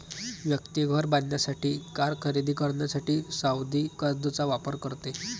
व्यक्ती घर बांधण्यासाठी, कार खरेदी करण्यासाठी सावधि कर्जचा वापर करते